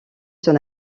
son